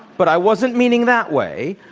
but i wasn't meaning that way.